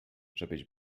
żebyś